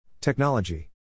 Technology